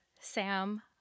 Sam